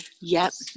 yes